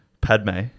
Padme